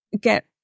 get